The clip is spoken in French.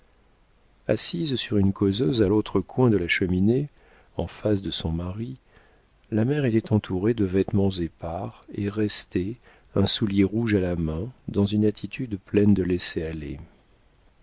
assise sur une causeuse à l'autre coin de la cheminée en face de son mari la mère était entourée de vêtements épars et restait un soulier rouge à la main dans une attitude pleine de laisser-aller